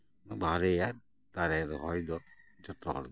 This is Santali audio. ᱵᱷᱟᱜᱮᱭᱟ ᱫᱟᱨᱮ ᱨᱚᱦᱚᱭ ᱫᱚ ᱡᱚᱛᱚᱦᱚᱲᱜᱮ